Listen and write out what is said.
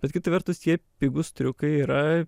bet kita vertus tie pigūs triukai yra